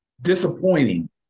Disappointing